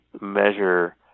measure